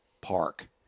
park